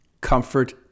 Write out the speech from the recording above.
comfort